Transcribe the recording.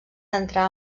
entrar